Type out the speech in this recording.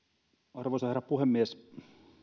arvoisa herra puhemies